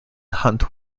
hunt